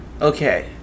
Okay